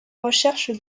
recherche